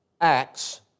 acts